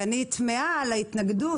ואני תמהה על ההתנגדות,